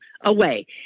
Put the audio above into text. away